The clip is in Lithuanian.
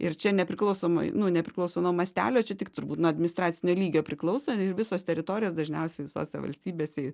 ir čia nepriklausomai nu nepriklauso nuo mastelio čia tik turbūt nuo administracinio lygio priklauso ir visos teritorijos dažniausiai visose valstybėse